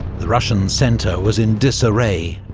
the russian centre was in disarray,